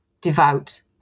devout